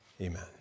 Amen